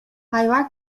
hayvar